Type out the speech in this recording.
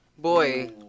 Boy